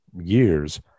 years